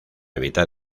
evitar